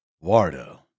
wardo